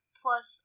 plus